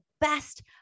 best